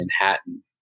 Manhattan